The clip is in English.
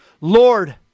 Lord